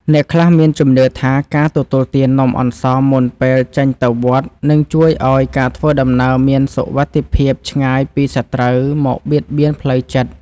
អ្នកខ្លះមានជំនឿថាការទទួលទាននំអន្សមមុនពេលចេញទៅវត្តនឹងជួយឱ្យការធ្វើដំណើរមានសុវត្ថិភាពឆ្ងាយពីសត្រូវមកបៀតបៀនផ្លូវចិត្ត។